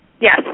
yes